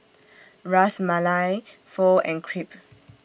Ras Malai Pho and Crepe